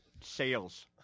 Sales